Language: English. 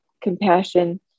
compassion